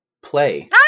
Play